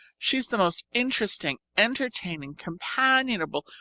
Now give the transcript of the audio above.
she's the most interesting, entertaining, companionable,